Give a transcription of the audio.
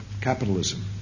capitalism